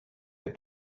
they